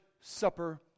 supper